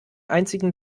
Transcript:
einzigen